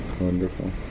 Wonderful